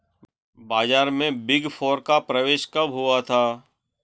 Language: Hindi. बाजार में बिग फोर का प्रवेश कब हुआ था?